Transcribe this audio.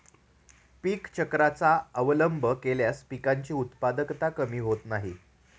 पीक चक्राचा अवलंब केल्यास पिकांची उत्पादकता कमी होत नाही